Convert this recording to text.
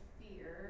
fear